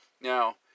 Now